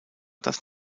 das